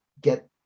get